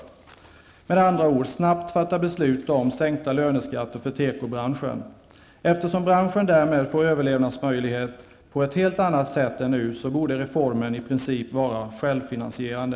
Kan man med andra ord snabbt fatta beslut om att sänka löneskatter för tekobranschen? Eftersom branschen därmed får överlevnadsmöjlighet på ett helt annat sätt än nu, borde reformen i princip vara självfinansierande.